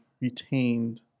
retained